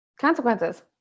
consequences